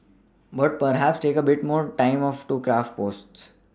but perhaps take a bit more time of craft posts